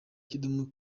kidum